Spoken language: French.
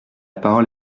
parole